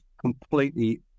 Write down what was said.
completely